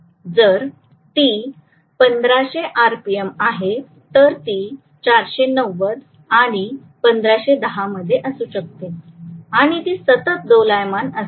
जर ती 1500 आरपीएम आहे तर ती 1490 आणि 1510 मध्ये असू शकते आणि ती सतत दोलायमान असेल